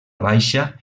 baixa